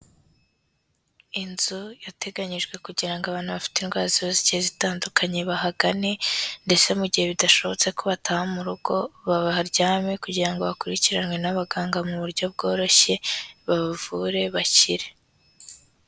Inzu yateganyijwe kugira ngo abantu bafite indwara ziba zigiye zitandukanye bahagane ndetse mu gihe bidashobotse ko bataha mu rugo, baharyame kugira ngo bakurikiranwe n'abaganga mu buryo bworoshye babavure bakire.